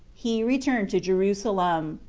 he returned to jerusalem.